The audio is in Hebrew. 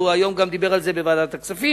גם היום הוא דיבר על זה בוועדת הכספים,